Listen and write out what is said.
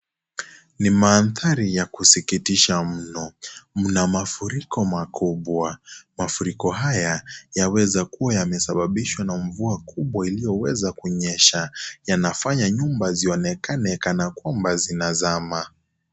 Ni mandhari ya kusikitisha mno, mna mafuriko makubwa, mafuriko haya yaweza kuwa yamesababishwa na mvua kubwa iliyoweza kunyesha, yanafanya nyumba zionekane kana kwamba zinazama.